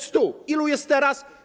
100. Ilu jest teraz?